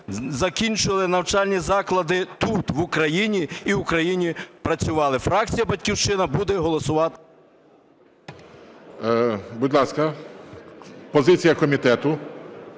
закінчували навчальні заклади тут, в Україні, і в Україні працювали. Фракція "Батьківщина" буде голосувати… ГОЛОВУЮЧИЙ. Будь ласка, позиція комітету.